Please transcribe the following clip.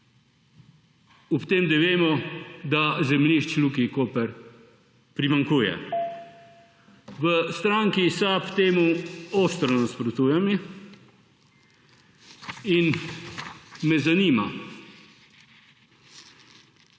hkrati vemo, da zemljišč Luki Koper primanjkuje. V stranki SAB temu ostro nasprotujemo in me zanima: